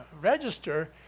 Register